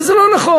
וזה לא נכון.